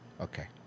Okay